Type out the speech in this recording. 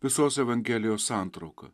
visos evangelijos santrauka